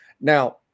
Now